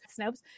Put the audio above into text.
Snopes